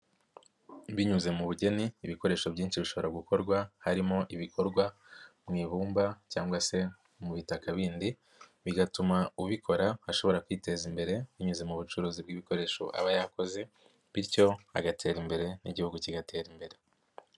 Binyuze mu bugeni, ibikoresho byinshi bishobora gukorwa, harimo ibikorwa mu ibumba cyangwa se mu bitaka bindi, bigatuma ubikora ashobora kwiteza imbere, binyuze mu bucuruzi bw'ibikoresho aba yakoze, bityo agatera imbere n'igihugu kigatera imbere.